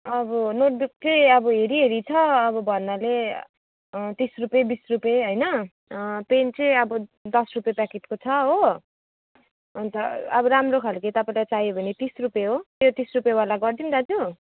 अब नोटबुक चाहिँ हेरीहेरी छ अब भन्नाले तिस रुपियाँ बिस रुपियाँ होइन पेन चाहिँ अब दस रुपियाँ प्याकेटको छ हो अब राम्रो खालको तपाईँलाई चाहियो भने तिस रुपियाँ हो त्यो तिस रुपियाँवाला गरिदिउँ दाजु